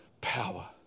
power